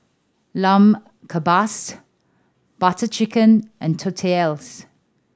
Lamb Kebabs Butter Chicken and Tortillas